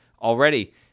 Already